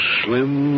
slim